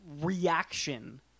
reaction